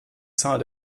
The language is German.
zahl